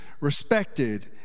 respected